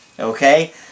Okay